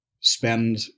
spend